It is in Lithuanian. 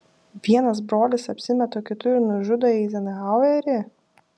vienas brolis apsimeta kitu ir nužudo eizenhauerį